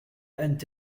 أنت